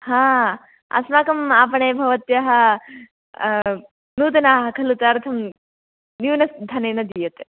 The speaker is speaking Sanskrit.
हा अस्माकम् आपणे भवत्याः नूतनाः खलु तदर्थम् अहं न्यूनत् धनेन दीयते